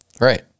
Right